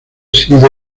sido